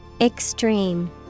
Extreme